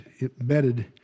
embedded